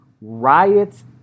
riots